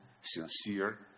sincere